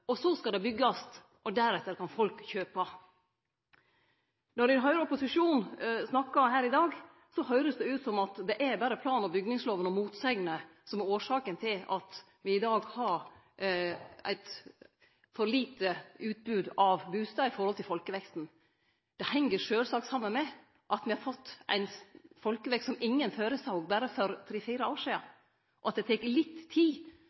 Og så skal det byggjast, og deretter kan folk kjøpe. Når eg høyrer opposisjonen snakkar her i dag, høyrest det ut som at det er berre plan- og bygningslova og motsegner som er årsaka til at me i dag har eit for lite utbod av bustader i forhold til folkeveksten. Det heng sjølvsagt saman med at me har fått ein folkevekst som ingen føresåg for berre tre–fire år sidan, og at det tek litt tid